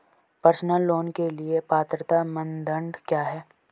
Personal loan के लिए पात्रता मानदंड क्या हैं?